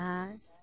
ᱥᱟᱥ